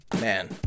man